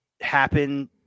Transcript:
Happen